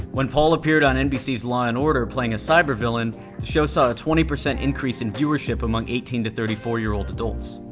when paul appeared on nbc's law and order playing a cyber-villain, the show saw a twenty percent increase in viewership among eighteen to thirty four year old adults.